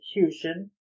execution